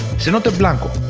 cenote blanco,